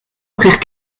frère